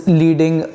leading